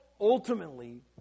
ultimately